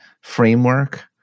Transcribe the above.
framework